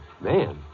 Man